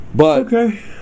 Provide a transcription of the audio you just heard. Okay